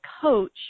coach